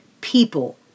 people